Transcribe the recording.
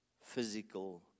physical